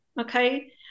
okay